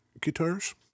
guitars